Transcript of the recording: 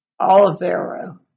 Olivero